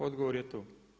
Odgovor je tu.